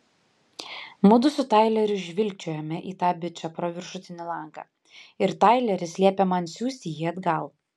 mudu su taileriu žvilgčiojame į tą bičą pro viršutinį langą ir taileris liepia man siųsti jį atgal